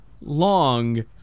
long